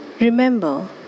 Remember